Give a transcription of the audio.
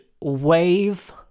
wave